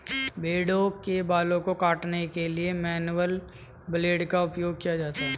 भेड़ों के बाल को काटने के लिए मैनुअल ब्लेड का उपयोग किया जाता है